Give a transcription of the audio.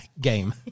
game